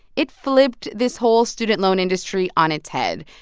it flipped this whole student loan industry on its head.